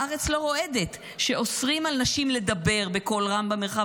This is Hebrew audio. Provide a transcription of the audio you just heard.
הארץ לא רועדת כשאוסרים על נשים לדבר בקול רם במרחב